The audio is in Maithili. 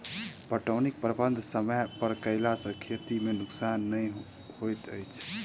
पटौनीक प्रबंध समय पर कयला सॅ खेती मे नोकसान नै होइत अछि